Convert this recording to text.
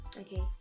Okay